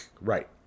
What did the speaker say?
Right